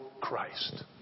Christ